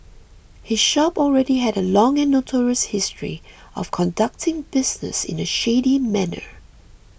his shop already had a long and notorious history of conducting business in a shady manner